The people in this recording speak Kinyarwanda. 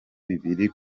bibiri